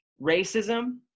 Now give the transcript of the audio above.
racism